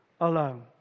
alone